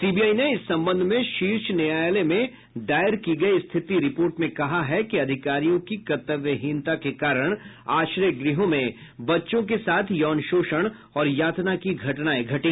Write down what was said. CBI ने इस संबंध में शीर्ष न्यायालय में दायर की गयी स्थिति रिपोर्ट में कहा है कि अधिकारियों की कर्तव्यहीनता के कारण आश्रय गृहों में बच्चों के साथ यौन शोषण और यातना की घटनाएं घटी